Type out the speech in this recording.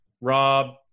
Rob